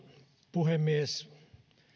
puhemies